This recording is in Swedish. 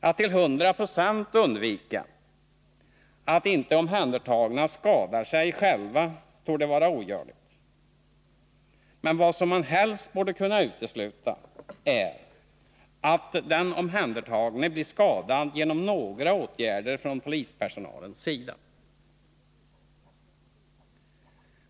Att till hundra procent undvika att inte omhändertagna skadar sig själva torde vara ogörligt, men vad man helt borde kunna utesluta är att den omhändertagne blir skadad till följd av åtgärder från polispersonalens sida.